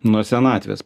nuo senatvės